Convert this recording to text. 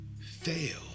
fail